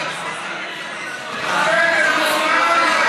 חבר הכנסת